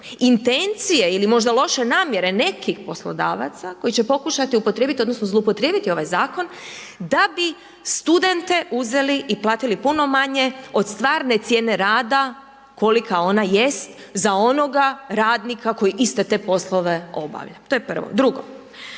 intencije ili možda loše namjere nekih poslodavaca koji će pokušati upotrijebiti odnosno zloupotrijebiti ovaj zakon da bi studente uzeli i platili puno manje od stvarne cijene rada kolika ona jest za onoga radnika koji iste te poslove obavlja. To je prvo. Drugo,